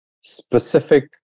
specific